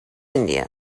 india